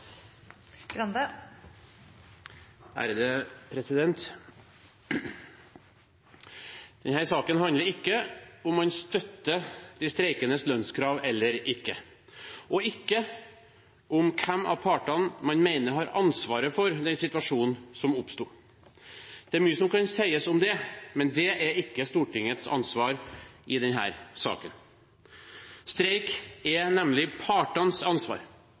saken handler ikke om hvorvidt man støtter de streikendes lønnskrav eller ikke, og ikke om hvem av partene man mener har ansvaret for situasjonen som oppsto. Det er mye som kan sies om det, men det er ikke Stortingets ansvar i denne saken. Streik er nemlig partenes ansvar